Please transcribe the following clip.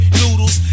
noodles